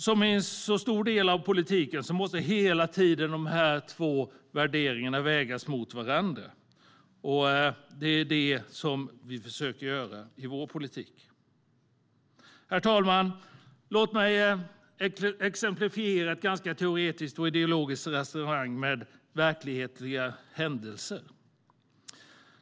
Som i en stor del av politiken måste dessa två värderingar hela tiden vägas mot varandra. Det är vad vi försöker göra i vår politik. Herr talman! Låt mig exemplifiera ett ganska teoretiskt och ideologiskt resonemang om verklighetens händelser.